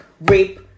rape